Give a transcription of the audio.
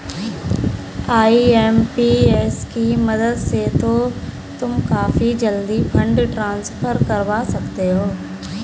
IMPS की मदद से तो तुम काफी जल्दी फंड ट्रांसफर करवा सकते हो